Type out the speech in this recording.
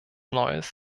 neues